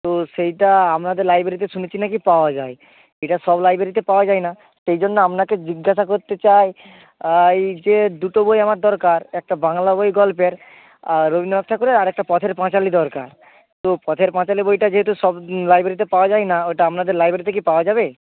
তো সেইটা আপনাদের লাইব্রেরিতে শুনেছি নাকি পাওয়া যায় এটা সব লাইব্রেরিতে পাওয়া যায় না সেই জন্য আপনাকে জিজ্ঞাসা করতে চাই এই যে দুটো বই আমার দরকার একটা বাংলা বই গল্পের আর রবীন্দ্রনাথ ঠাকুরের আর একটা পথের পাঁচালি দরকার তো পথের পাঁচালি বইটা যেহেতু সব লাইব্রেরিতে পাওয়া যায় না ওটা আপনাদের লাইব্রেরিতে কি পাওয়া যাবে